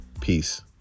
Peace